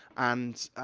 and,